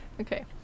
Okay